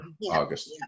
August